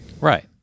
Right